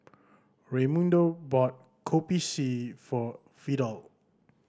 Raymundo bought Kopi C for Vidal